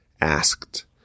asked